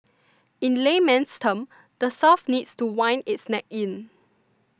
in layman's terms the South needs to wind its neck in